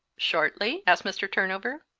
shortly? asked mr. turnover.